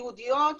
ייעודיות,